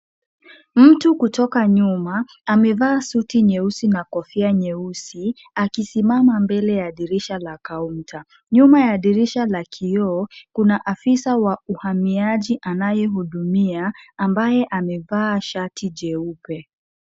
Mtu kutoka nyuma amevaa suti nyeusi na kofia nyeusi, akisimama mbele ya dirisha la counter . Nyuma ya dirisha la kioo, kuna afisa wa uhamiaji anayehudumia ambaye amevaa shati jeupe.